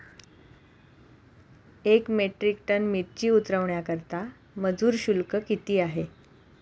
एक metric ton मिरची उतरवण्याकरता मजुर शुल्क किती आहे?